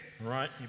Right